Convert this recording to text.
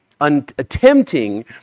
attempting